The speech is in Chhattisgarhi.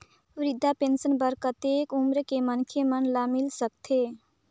वृद्धा पेंशन बर कतेक उम्र के मनखे मन ल मिल सकथे?